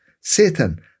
Satan